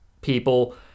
people